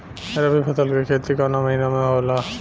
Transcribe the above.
रवि फसल के खेती कवना महीना में होला?